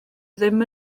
ddim